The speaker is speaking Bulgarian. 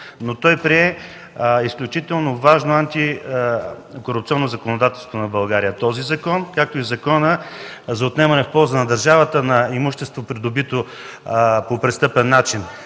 но той прие изключително важно антикорупционно законодателство на България – този закон, както и Законът за отнемане в полза на държавата на имущество, придобито по престъпен начин.